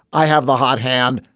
i have the hot hand.